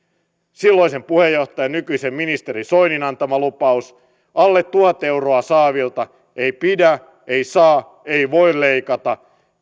silloisen puheenjohtajan nykyisen ministeri soinin antama lupaus että alle tuhat euroa saavilta ei pidä ei saa ei voi leikata